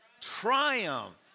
triumph